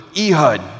Ehud